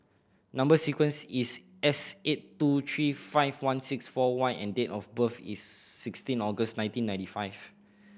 number sequence is S eight two three five one six four Y and date of birth is sixteen August nineteen ninety five